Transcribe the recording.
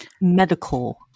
medical